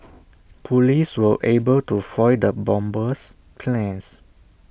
Police were able to foil the bomber's plans